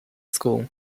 school